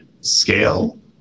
scale